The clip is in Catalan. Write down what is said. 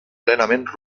plenament